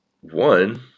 one